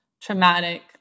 traumatic